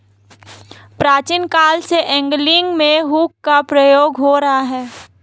प्राचीन काल से एंगलिंग में हुक का प्रयोग हो रहा है